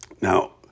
Now